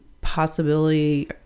possibility